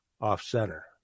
Off-Center